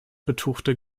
betuchte